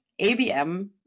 ABM